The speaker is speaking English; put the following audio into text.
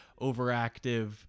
overactive